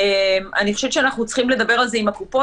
אני חושבת שאנחנו צריכים לדבר על זה עם הקופות,